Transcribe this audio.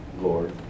Lord